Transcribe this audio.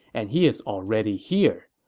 and he is already here.